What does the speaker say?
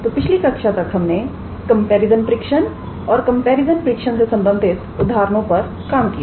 तो पिछली कक्षा तक हमने कंपैरिजन परीक्षण और कंपैरिजन परीक्षण से संबंधित उदाहरणों पर काम किया